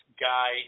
guy